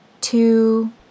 two